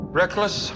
reckless